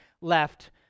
left